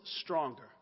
stronger